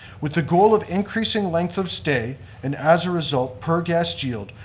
with the goal of increasing length of stay and as a result, per guest yield,